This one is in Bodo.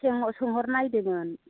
जोंनाव सोंहरनायदोंमोन